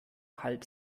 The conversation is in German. halb